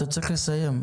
אז אתה צריך לסיים,